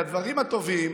את הדברים הטובים,